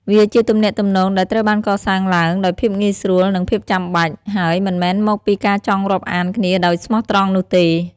វាជាទំនាក់ទំនងដែលត្រូវបានកសាងឡើងដោយភាពងាយស្រួលនិងភាពចាំបាច់ ហើយមិនមែនមកពីការចង់រាប់អានគ្នាដោយស្មោះត្រង់នោះទេ។